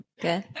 Good